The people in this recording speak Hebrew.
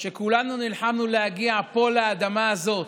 שכולנו נלחמנו להגיע לפה, לאדמה הזאת,